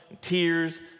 tears